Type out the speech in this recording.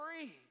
free